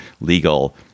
legal